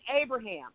Abraham